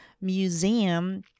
museum